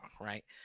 right